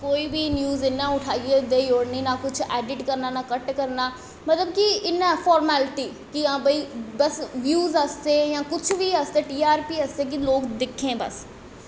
कोई बी न्यूज़ इ'यां उठाईयै देई ओड़नी इ'यां ना कुछ ऐडिट करना ना कट्ट करना मतलब कि इ'यां फार्मलटी हां बाई बस ब्यू आस्तै टी आर पी आस्तै कुछ बी कि लोग दिक्खें बस